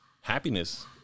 happiness